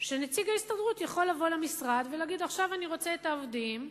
שנציג ההסתדרות יכול לבוא למשרד ולהגיד: עכשיו אני רוצה את העובדים אלי,